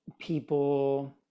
people